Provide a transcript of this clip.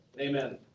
Amen